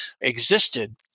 existed